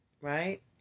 Right